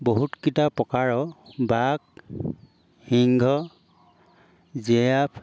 বহুতকেইটা প্ৰকাৰৰ বাঘ সিংহ জিৰাফ